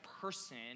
person